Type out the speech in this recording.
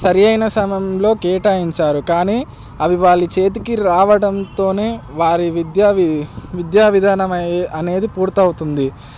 సరియైన సమయంలో కేటాయించారు కానీ అవి వాళ్ళ చేతికి రావడంతోనే వారి విద్యా విద్యా విధానం అనేది పూర్తవుతుంది